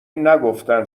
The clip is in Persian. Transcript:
نگفتن